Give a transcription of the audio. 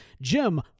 Jim